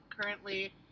currently